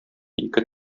ике